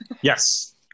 Yes